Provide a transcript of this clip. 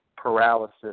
paralysis